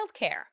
childcare